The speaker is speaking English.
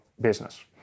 business